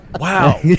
Wow